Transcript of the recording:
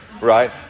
Right